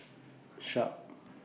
Sharp